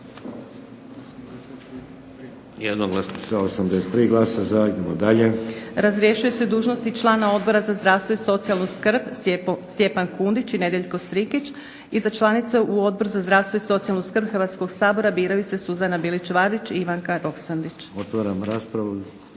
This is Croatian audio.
Idemo dalje. **Majdenić, Nevenka (HDZ)** Razrješuje se dužnosti člana Odbora za zdravstvo i socijalnu skrb Stjepan Kundić i Nedjeljko Strikić i za članice u Odbor za zdravstvo i socijalnu skrb Hrvatskog sabora biraju se Suzana Bilić Vardić i Ivanka Roksandić. **Šeks,